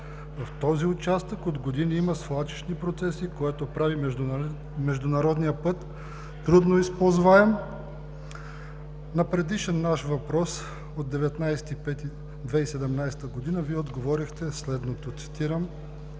В този участък от години има свлачищни процеси, което прави международния път трудно използваем. На предишен наш въпрос от 19 май 2017 г. Вие отговорихте следното – цитирам